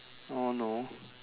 I don't know